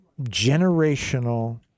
generational